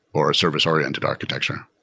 or a service-oriented architecture.